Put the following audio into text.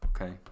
Okay